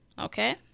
Okay